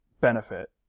benefit